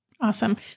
Awesome